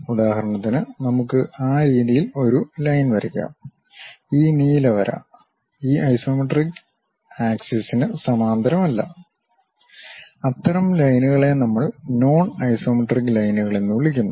ഉദാഹരണത്തിന് നമുക്ക് ആ രീതിയിൽ ഒരു ലൈൻ വരയ്ക്കാം ഈ നീല വര ഈ ഐസോമെട്രിക് അക്ഷത്തിന് സമാന്തരം അല്ല അത്തരം ലൈൻകളെ നമ്മൾ നോൺ ഐസോമെട്രിക് ലൈനുകൾ എന്ന് വിളിക്കുന്നു